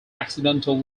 accidental